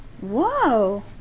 Whoa